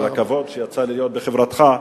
על הכבוד שיצא לי להיות בחברתך,